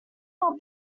not